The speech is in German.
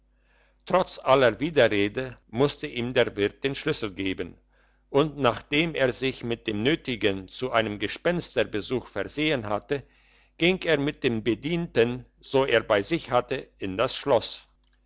trotz aller widerrede musste ihm der wirt den schlüssel geben und nachdem er sich mit dem nötigen zu einem gespensterbesuch versehen hatte ging er mit dem bedienten so er bei sich hatte in das schloss